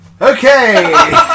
Okay